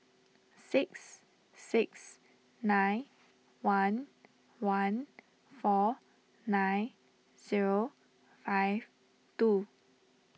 six six nine one one four nine zero five two